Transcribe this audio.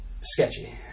sketchy